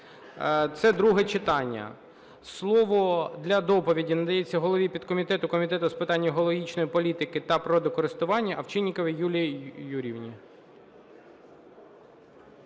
Це друге читання. Слово для доповіді надається голові підкомітету Комітету з питань екологічної політики та природокористування Овчинниковій Юлії Юріївні.